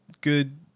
good